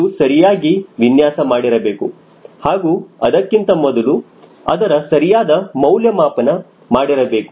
ಅದು ಸರಿಯಾಗಿ ವಿನ್ಯಾಸ ಮಾಡಿರಬೇಕು ಹಾಗೂ ಅದಕ್ಕಿಂತ ಮೊದಲು ಅದರ ಸರಿಯಾದ ಮೌಲ್ಯಮಾಪನ ಮಾಡಿರಬೇಕು